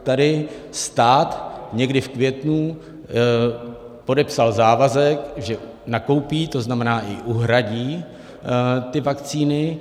Tady stát někdy v květnu podepsal závazek, že nakoupí, to znamená i uhradí ty vakcíny.